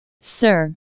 Sir